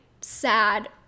sad